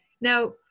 now